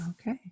Okay